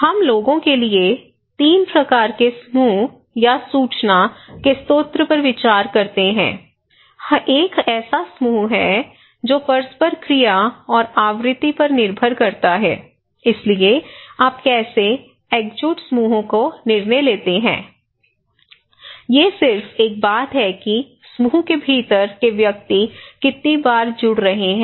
हम लोगों के लिए 3 प्रकार के समूह या सूचना के स्रोत पर विचार करते हैं एक ऐसा समूह है जो परस्पर क्रिया और आवृत्ति पर निर्भर करता है इसलिए आप कैसे एकजुट समूहों का निर्णय लेते हैं यह सिर्फ एक बात है कि समूह के भीतर के व्यक्ति कितनी बार जुड़ रहे हैं